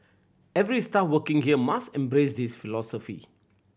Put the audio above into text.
every staff working here must embrace this philosophy